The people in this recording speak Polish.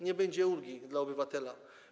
Nie będzie ulgi dla obywatela.